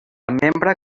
membre